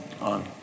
on